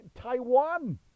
Taiwan